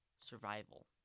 Survival